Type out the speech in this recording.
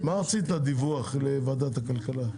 מה רצית דיווח לוועדת הכלכלה?